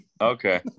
okay